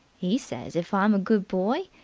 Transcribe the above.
he says, if i'm a good boy,